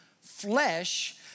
flesh